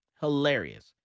Hilarious